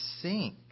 sink